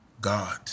God